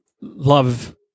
love